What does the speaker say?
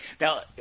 Now